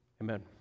amen